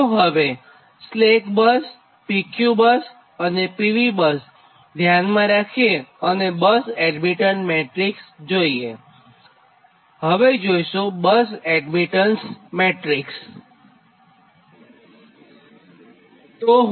તો હવેસ્લેક bus PQ bus અને PV બસ ધ્યાનમાં રાખીને બસ એડમીટન્સ મેટ્રીક્સ જોઇએ